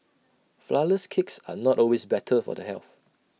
Flourless Cakes are not always better for the health